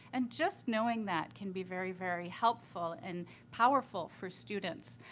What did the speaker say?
and just knowing that can be very, very helpful and powerful for students.